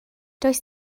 does